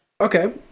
Okay